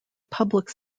public